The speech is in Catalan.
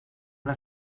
una